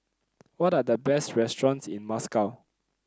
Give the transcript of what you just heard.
what are the best restaurants in Moscow